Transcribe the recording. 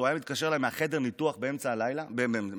היה מתקשר אליי מחדר הניתוח באמצע היום